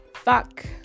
fuck